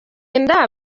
inda